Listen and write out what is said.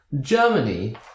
Germany